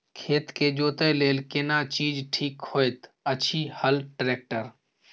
खेत के जोतय लेल केना चीज ठीक होयत अछि, हल, ट्रैक्टर?